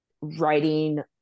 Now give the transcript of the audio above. writing